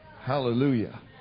Hallelujah